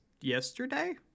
yesterday